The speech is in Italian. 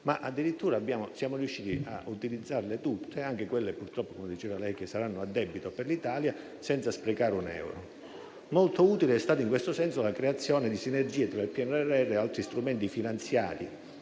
ma addirittura siamo riusciti ad utilizzarle tutte, anche quelle che purtroppo saranno a debito per l'Italia, senza sprecare un euro. Molto utile è stata in questo senso la creazione di sinergie tra il PNRR e altri strumenti finanziari